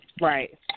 right